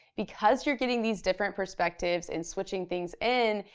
because you're getting these different perspectives and switching things in,